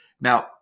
Now